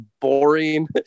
boring